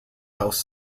house